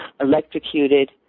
electrocuted